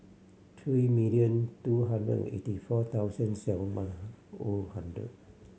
three million two hundred eighty four thousand seven one O hundred